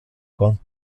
con